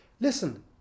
listen